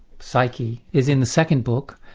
psyche, is in the second book.